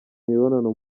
imibonano